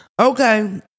Okay